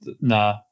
Nah